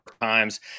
times